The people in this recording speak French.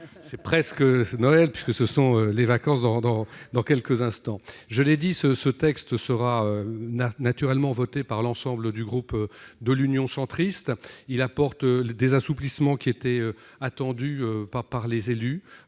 C'est presque Noël, puisque ce sont les vacances dans quelques instants ... Je l'ai dit, ce texte sera naturellement voté par l'ensemble du groupe de l'Union Centriste. Il apporte des assouplissements qui étaient attendus par les élus.